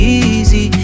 easy